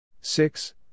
six